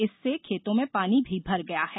इससे खेतों में पानी भी भर गया है